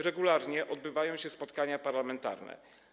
Regularnie odbywają się spotkania parlamentarne.